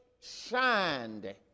shined